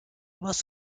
must